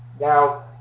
Now